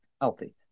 healthy